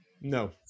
No